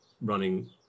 running